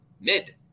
mid